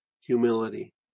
humility